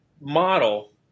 model